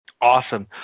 Awesome